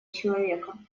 человека